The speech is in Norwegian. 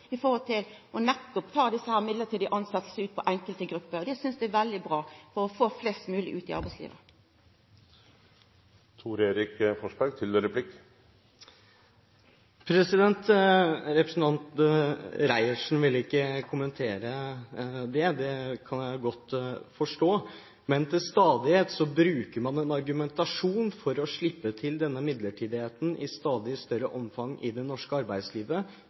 nettopp desse midlertidige tilsetjingane for enkelte grupper. Det synest eg er veldig bra for å få flest mogleg ut i arbeidslivet. Representanten Laila Marie Reiertsen har tatt opp de forslagene hun refererte til. Representanten Reiertsen vil ikke kommentere dette, og det kan jeg godt forstå. Men til stadighet bruker man en argumentasjon for å slippe til denne midlertidigheten i stadig større omfang i det norske arbeidslivet,